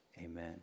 amen